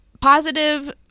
positive